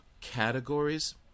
categories